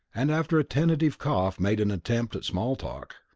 and after a tentative cough made an attempt at small talk.